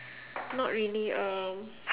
not really um